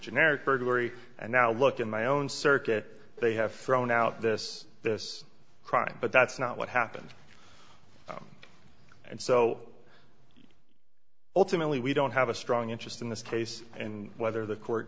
generic burglary and now look in my own circuit they have thrown out this this crime but that's not what happened and so ultimately we don't have a strong interest in this case and whether the court